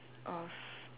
of